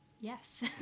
Yes